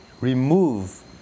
remove